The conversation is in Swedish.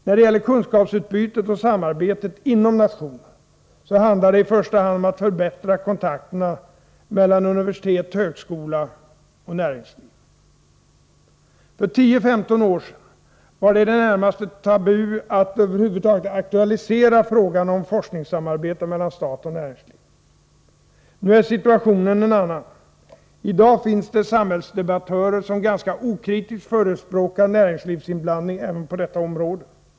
När det gäller kunskapsutbytet och samarbetet inom nationen handlar det i första hand om att förbättra kontakterna mellan universitet/högskola och näringsliv. För 10-15 år sedan var det i det närmaste tabu att över huvud taget aktualisera frågan om forskningssamarbete mellan stat och näringsliv. Nu är situationen en annan. I dag finns det samhällsdebattörer som ganska okritiskt förespråkar näringslivsinblandning även på detta område.